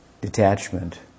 detachment